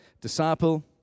disciple